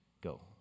Go